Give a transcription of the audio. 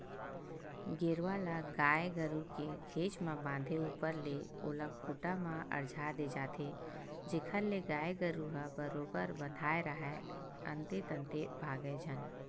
गेरवा ल गाय गरु के घेंच म बांधे ऊपर ले ओला खूंटा म अरझा दे जाथे जेखर ले गाय गरु ह बरोबर बंधाय राहय अंते तंते भागय झन